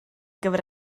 gyfer